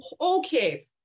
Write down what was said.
okay